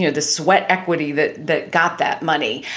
you know the sweat equity that that got that money.